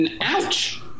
Ouch